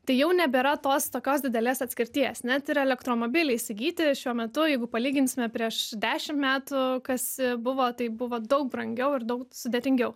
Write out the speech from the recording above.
tai jau nebėra tos tokios didelės atskirties net ir elektromobilį įsigyti šiuo metu jeigu palyginsime prieš dešimt metų kas buvo tai buvo daug brangiau ir daug sudėtingiau